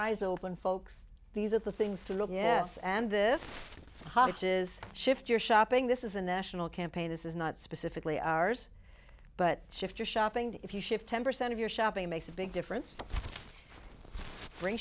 eyes open folks these are the things to look yes and this hodges shift you're shopping this is a national campaign this is not specifically ours but shift your shopping to if you shift ten percent of your shopping makes a big difference